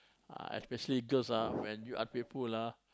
especially girls ah when you I play pool ah